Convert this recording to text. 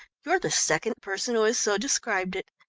you're the second person who has so described it.